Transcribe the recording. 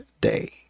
day